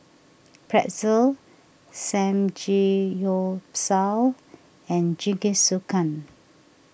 Pretzel Samgeyopsal and Jingisukan